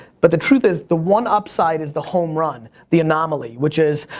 but the truth is, the one upside is the home run, the anomaly, which is,